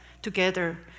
together